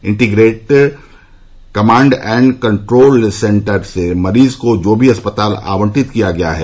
integrated command and control centre से मरीज को जो अस्पताल आवंटित किया गया है